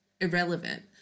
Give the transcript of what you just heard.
irrelevant